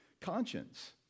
conscience